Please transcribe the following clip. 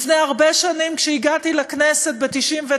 לפני הרבה שנים, כשהגעתי לכנסת, בשנת 1999,